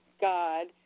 God